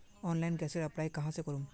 Online गैसेर apply कहाँ से करूम?